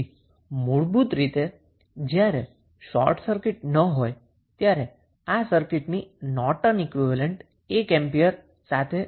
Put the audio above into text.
તેથી મૂળભૂત રીતે જ્યારે શોર્ટ સર્કિટ ન હોય ત્યારે આ સર્કિટનો નોર્ટન ઈક્વીવેલેન્ટ 4 ઓહ્મ સાથે